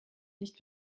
nicht